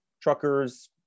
Truckers